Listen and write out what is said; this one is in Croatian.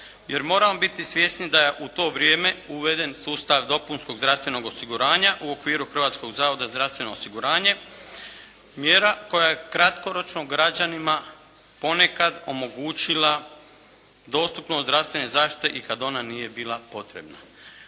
Jer moramo biti svjesni da je u to vrijeme uveden sustav dopunskog zdravstvenog osiguranja u okviru Hrvatskog zavoda za zdravstveno osiguranje, mjera koja je kratkoročno građanima ponekad omogućila dostupnost zdravstvene zaštite i kada ona nije bila potrebna.